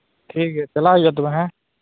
ᱴᱷᱤᱠ ᱜᱮᱭᱟ ᱪᱟᱞᱟᱜ ᱦᱩᱭᱩᱜᱼᱟ ᱛᱚᱵᱮ ᱦᱮᱸ